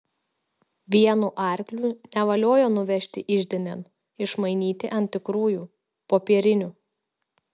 vienu arkliu nevaliojo nuvežti iždinėn išmainyti ant tikrųjų popierinių